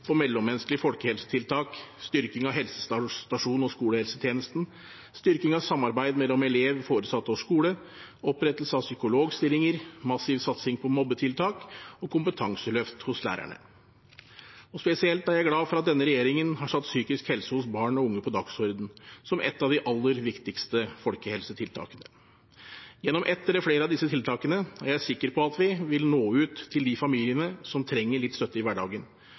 mellommenneskelige folkehelsetiltak, styrking av helsestasjon- og skolehelsetjenesten, styrking av samarbeid mellom elev, foresatte og skole, opprettelse av psykologstillinger, massiv satsing på mobbetiltak og kompetanseløft hos lærerne. Spesielt er jeg glad for at denne regjeringen har satt psykisk helse hos barn og unge på dagsordenen, som et av de aller viktigste folkehelsetiltakene. Gjennom ett eller flere av disse tiltakene er jeg sikker på at vi når ut til de familiene som trenger litt støtte i hverdagen